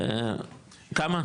כמה?